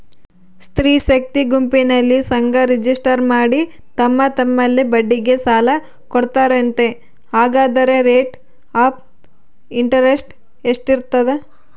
ಸ್ತ್ರೇ ಶಕ್ತಿ ಗುಂಪಿನಲ್ಲಿ ಸಂಘ ರಿಜಿಸ್ಟರ್ ಮಾಡಿ ತಮ್ಮ ತಮ್ಮಲ್ಲೇ ಬಡ್ಡಿಗೆ ಸಾಲ ಕೊಡ್ತಾರಂತೆ, ಹಂಗಾದರೆ ರೇಟ್ ಆಫ್ ಇಂಟರೆಸ್ಟ್ ಎಷ್ಟಿರ್ತದ?